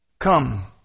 Come